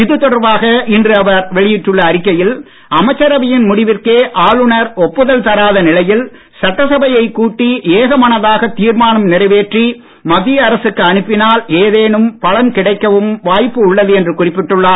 இதுதொடர்பாகஇன்றுஅவர்வெளியிட்டுள்ளஅறிக்கையில் அமைச்சரவையின் முடிவிற்கே ஆளுநர் ஒப்புதல் தராத நிலையில் சட்டசபையை கூட்டி ஏகமனதாக தீர்மானம் நிறைவேற்றி மத்திய அரசுக்கு அனுப்பினால் ஏதேனும் பலன் கிடைக்கவும் வாய்ப்பு உள்ளதுஎன்றுகுறிப்பிட்டுள்ளார்